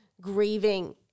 grieving